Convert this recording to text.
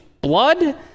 blood